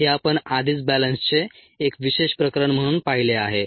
हे आपण आधीच बॅलन्सचे एक विशेष प्रकरण म्हणून पाहिले आहे